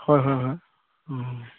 হয় হয় হয় অঁ